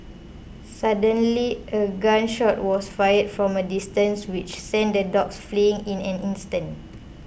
suddenly a gun shot was fired from a distance which sent the dogs fleeing in an instant